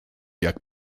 jak